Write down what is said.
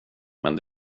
men